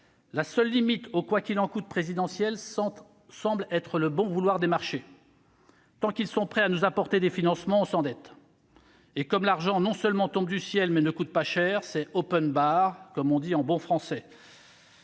La seule limite au « quoi qu'il en coûte » présidentiel semble être le bon vouloir des marchés. Tant qu'ils sont prêts à nous apporter des financements, on s'endette. Et puisque l'argent, non seulement tombe du ciel, mais ne coûte pas cher, c'est, comme on dit en bon français